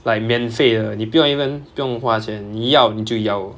like 免费的你不用 even 不用花钱你要你就有